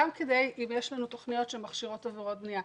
גם אם יש לנו תכניות שמכשירות עבירות בנייה.